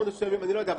אני לא יודע.